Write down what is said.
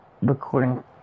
recording